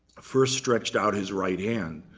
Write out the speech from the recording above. first stretched out his right hand.